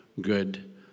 good